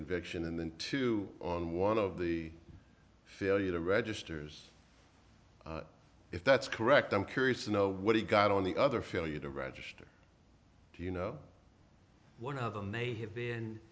conviction and two on one of the failure the registers if that's correct i'm curious to know what he got on the other failure to register you know one of them may have been